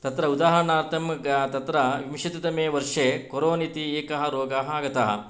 तत्र उदाहरणार्थं तत्र विंशतितमे वर्षे कोरोन् इति एकः रोगः आगतः